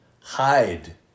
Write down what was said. Hide